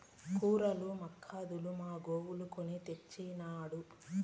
cooler మాక్కాదు మా గోవులకు కొని తెచ్చినాడు